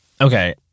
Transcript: Okay